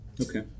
Okay